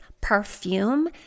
perfume